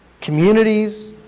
communities